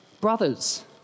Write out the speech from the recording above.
Brothers